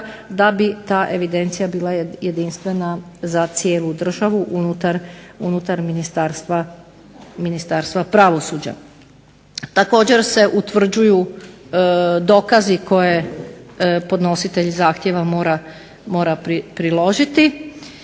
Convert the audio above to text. da bi ta evidencija bila jedinstvena za cijelu državu unutar Ministarstva pravosuđa. Također se utvrđuju dokazi koje podnositelj zahtjeva mora priložiti,